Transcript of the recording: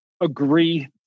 agree